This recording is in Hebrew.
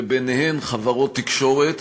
וביניהן חברות תקשורת,